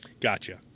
gotcha